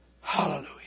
Hallelujah